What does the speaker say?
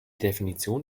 definition